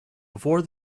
before